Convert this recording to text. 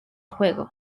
juego